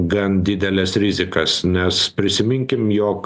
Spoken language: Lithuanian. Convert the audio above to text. gan dideles rizikas nes prisiminkim jog